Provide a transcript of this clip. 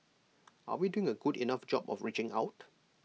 are we doing A good enough job of reaching out